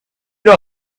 know